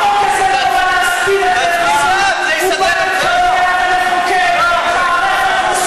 ואת הפגם הזה רוצים לחוקק היום.